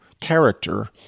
character